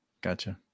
Gotcha